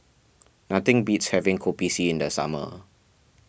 nothing beats having Kopi C in the summer